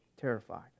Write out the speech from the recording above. Terrified